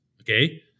Okay